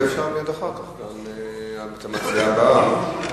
ואפשר מייד אחר כך להעלות את המציעה הבאה,